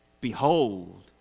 Behold